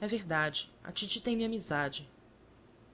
e verdade a titi tem-me amizade